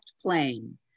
plane